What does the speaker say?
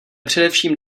především